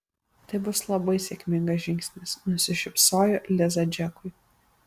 tai bus labai sėkmingas žingsnis nusišypsojo liza džekui